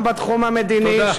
גם בתחום המדיני,